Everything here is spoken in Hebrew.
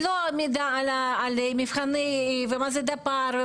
לא מידע על מבחנים ומה זה דפ"ר.